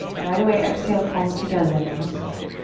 right away, exhale, palms together, namaste.